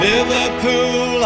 Liverpool